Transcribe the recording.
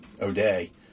O'Day